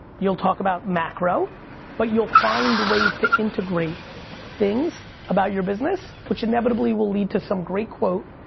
you'll talk about macro but you'll find ways to integrate things about your business which inevitably will lead to some great quote.